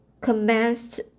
commenced